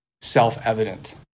self-evident